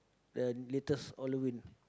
the latest Halloween